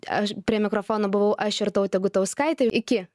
aš prie mikrofono buvau aš irtautė gutauskaitė iki